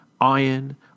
iron